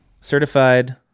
Certified